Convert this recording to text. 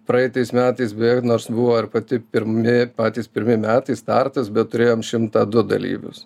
praeitais metais beje nors buvo ir pati pirmi patys pirmi metai startas bet turėjom šimtą du dalyvius